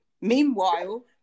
meanwhile